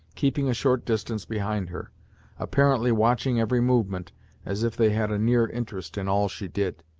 keeping a short distance behind her apparently watching every movement as if they had a near interest in all she did.